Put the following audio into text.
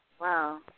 Wow